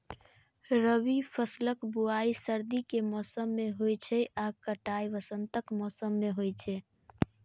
रबी फसलक बुआइ सर्दी के मौसम मे होइ छै आ कटाइ वसंतक मौसम मे होइ छै